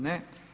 Ne.